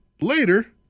Later